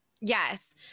Yes